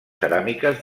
ceràmiques